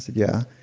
yeah.